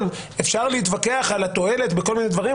אפשר להתווכח על התועלת בכל מיני דברים,